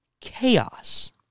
chaos